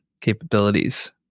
capabilities